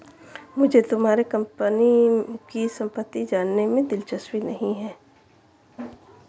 मुझे तुम्हारे कंपनी की सम्पत्ति जानने में दिलचस्पी नहीं है